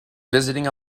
visiting